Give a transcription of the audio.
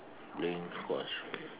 playing squash